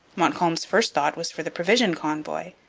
montcalm's first thought was for the provision convoy,